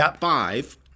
five